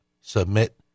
submit